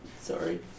Sorry